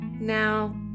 now